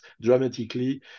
dramatically